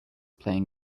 playing